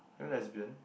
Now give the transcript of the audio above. are you lesbian